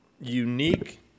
unique